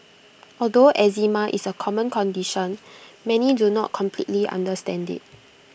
although eczema is A common condition many do not completely understand IT